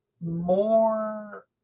more